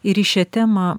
ir į šią temą